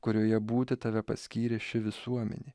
kurioje būti tave paskyrė ši visuomenė